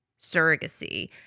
surrogacy